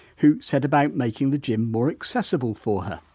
who set about making the gym more accessible for her.